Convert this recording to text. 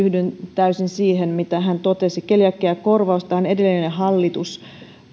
täysin siihen mitä hän totesi keliakiakorvaustahan edellinen hallitus